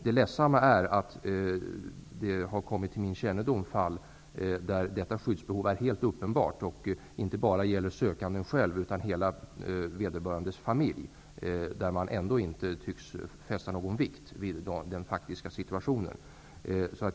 Det ledsamma är att man i fall som kommit till min kännedom och där detta skyddsbehov är helt uppenbart och inte bara gäller sökanden själv utan hela hans familj ändå inte tycks ha fäst någon vikt vid den faktiska situationen.